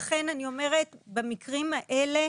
במקרים האלה